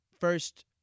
first